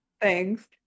Thanks